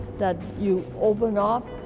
that you open up,